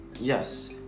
yes